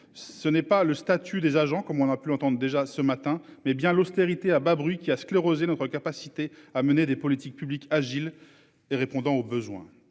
Ce n'est pas le statut des agents comme on a pu entendre déjà ce matin mais bien l'austérité à bas bruit qui a sclérosé notre capacité à mener des politiques publiques. Gilles et répondant aux besoins.